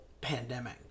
pandemic